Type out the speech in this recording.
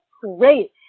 great